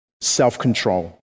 self-control